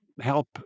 help